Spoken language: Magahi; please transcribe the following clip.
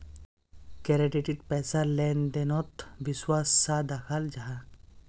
क्रेडिट पैसार लें देनोत विश्वास सा दखाल जाहा